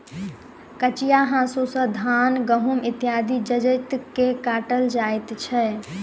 कचिया हाँसू सॅ धान, गहुम इत्यादि जजति के काटल जाइत छै